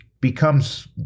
becomes